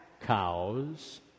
cows